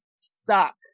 suck